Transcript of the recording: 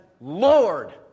Lord